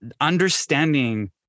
understanding